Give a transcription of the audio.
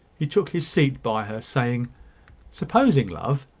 he took his seat by her, saying supposing, love,